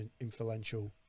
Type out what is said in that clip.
influential